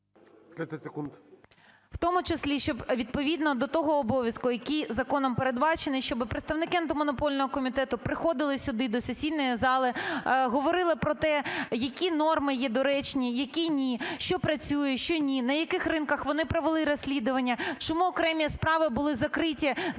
В тому числі, щоб відповідно до того обов'язку, який законом передбачений, щоб представники Антимонопольного комітету приходили сюди до сесійної зали, говорили про те, які норми є доречні, які ні, що працює, що ні, на яких ринках вони провели розслідування, чому окремі справи були закриті